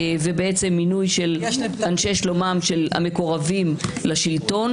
הציבורי ומינוי של אנשי שלומם של המקורבים לשלטון.